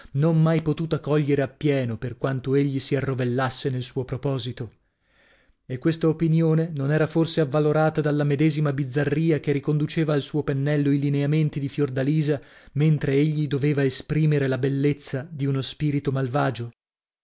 non mai potuta cogliere appieno per quanto egli si arrovellasse nel suo proposito e questa opinione non era forse avvalorata dalla medesima bizzarria che riconduceva al suo pennello i lineamenti di fiordalisa mentre egli doveva esprimere la bellezza di uno spirito malvagio